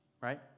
right